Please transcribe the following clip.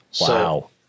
Wow